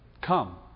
Come